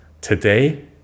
today